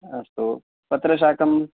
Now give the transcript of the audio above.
अस्तु पत्रशाकं